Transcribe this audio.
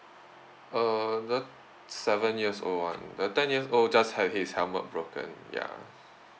err the seven years old [one] the ten years old just had his helmet broken ya